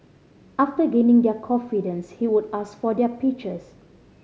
after gaining their confidence he would ask for their pictures